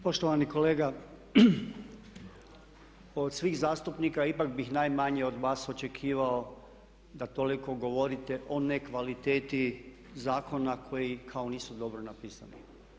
Poštovani kolega, od svih zastupnika ipak bih najmanje od vas očekivao da toliko govorite o ne kvaliteti zakona koji kao nisu dobro napisani.